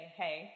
hey